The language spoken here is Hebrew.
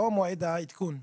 לא מועד העדכון.